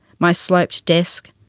my sloped desk,